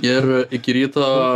ir iki ryto